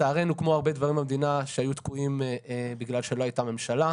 ולצערנו כמו הרבה דברים במדינה שהיו תקועים בגלל שלא הייתה ממשלה,